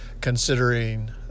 considering